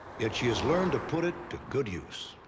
yet she has learned to put it to good use.